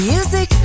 Music